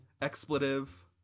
expletive